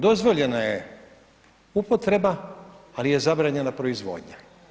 Dozvoljeno je upotreba ali je zabranjena proizvodnja.